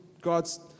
God's